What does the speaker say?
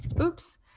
Oops